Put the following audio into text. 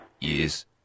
Years